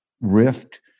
rift